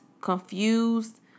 confused